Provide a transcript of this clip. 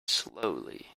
slowly